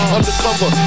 Undercover